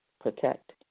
Protect